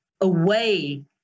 away